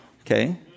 okay